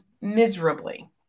miserably